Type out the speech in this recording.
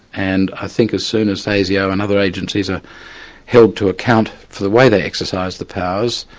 and i think as soon as asio and other agencies are held to account for the way they exercise the powers,